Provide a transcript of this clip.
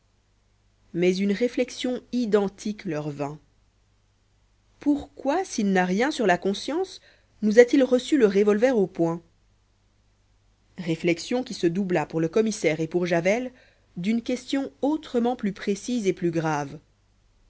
mais une réflexion identique leur vint pourquoi s'il n'a rien sur la conscience nous a-t-il reçus le revolver au poing réflexion qui se doubla pour le commissaire et pour javel d'une question autrement plus précise et plus grave